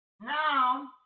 now